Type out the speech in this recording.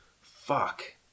Fuck